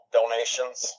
donations